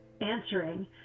answering